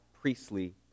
Priestly